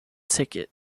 ticket